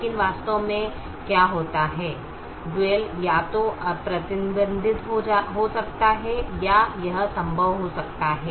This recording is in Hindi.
लेकिन वास्तव में क्या होता है डुअल या तो अप्रतिबंधित हो सकता है या यह संभव हो सकता है